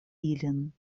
ilin